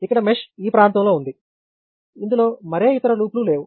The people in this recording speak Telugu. ఇక్కడ మెష్ ఈ ప్రాంతంలో ఉంది ఇందులో మరే ఇతర లూప్లు లేవు